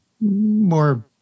more